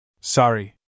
Sorry